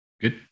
Good